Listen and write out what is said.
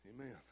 Amen